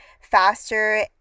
faster